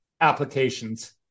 applications